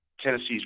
Tennessee's